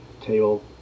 table